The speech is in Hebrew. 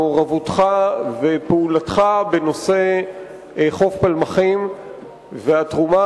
מעורבותך ופעולתך בנושא חוף פלמחים והתרומה